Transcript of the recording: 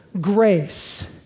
grace